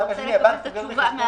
הוא רוצה לקבל את התשובה מהבנק.